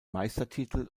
meistertitel